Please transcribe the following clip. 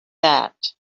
that